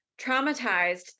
traumatized